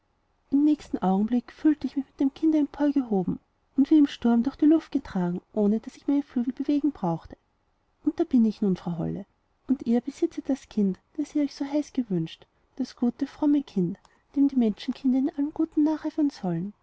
im nächsten augenblick fühlte ich mich mit dem kinde emporgehoben und wie im sturm durch die luft getragen ohne daß ich meine flügel zu bewegen brauchte und da bin ich nun frau holle und ihr besitzet das kind das ihr euch so heiß gewünscht das gute fromme kind dem die menschenkinder in allem guten nacheifern sollen